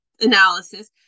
analysis